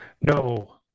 No